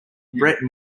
bret